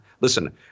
Listen